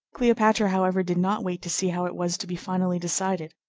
cleopatra, however, did not wait to see how it was to be finally decided.